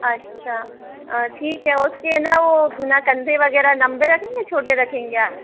अच्छा ठीक है उसकी है न वो कंधा वगैरह लंबे रखेंगे या छोटे रखेंगे आप